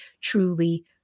truly